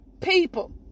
people